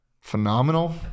Phenomenal